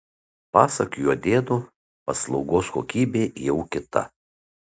pasak juodėno paslaugos kokybė jau kita